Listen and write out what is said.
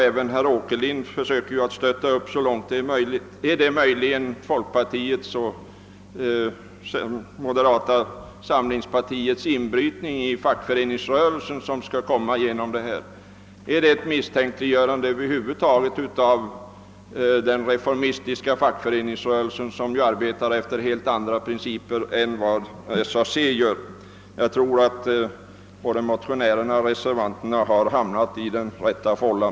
även herr Åkerlind försökte ju att stötta upp detta så långt det är möjligt. är det kanske så att folkpartiets och moderata samlingspartiets inbrytning i fackföreningsrörelsen skall komma till stånd genom detta? är det fråga om ett misstänkliggörande över huvud taget av den reformistiska fackföreningsrörelsen som ju arbetar efter helt andra principer än vad SAC gör? Jag tror att både motionärerna och reservanterna har hamnat i den rätta fållan.